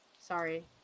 Sorry